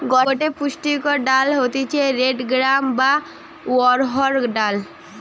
গটে পুষ্টিকর ডাল হতিছে রেড গ্রাম বা অড়হর ডাল